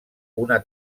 una